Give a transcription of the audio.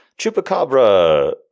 chupacabra